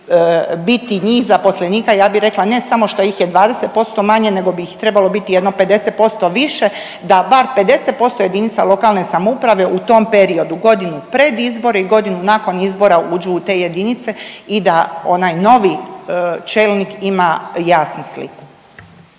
biti njih zaposlenika, ja bi rekla ne samo što ih je 20% manje nego bi ih trebalo biti jedno 50% više da bar 50% jedinica lokalne samouprave u tom periodu godinu pred izbore i godinu nakon izbora uđu u te jedinice i da onaj novi čelnik ima jasnu sliku.